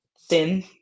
thin